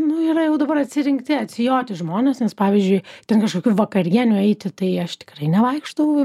nu yra jau dabar atsirinkti atsijoti žmones nes pavyzdžiui ten kažkokių vakarienių eiti tai aš tikrai nevaikštau